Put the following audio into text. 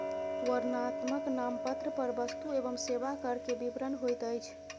वर्णनात्मक नामपत्र पर वस्तु एवं सेवा कर के विवरण होइत अछि